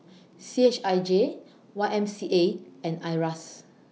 C H I J Y M C A and IRAS